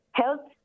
health